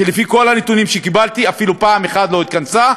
ולפי כל הנתונים שקיבלתי אפילו פעם אחת היא לא התכנסה,